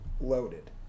loaded